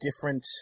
different